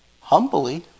humbly